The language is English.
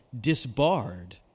disbarred